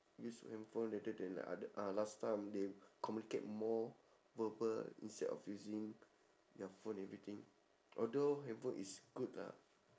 use handphone later they like oth~ ah last time they communicate more verbal instead of using your phone everything although handphone is good ah